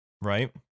Right